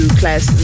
class